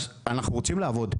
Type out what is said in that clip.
אז אנחנו רוצים לעבוד,